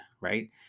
right